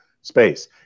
space